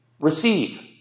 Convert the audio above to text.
receive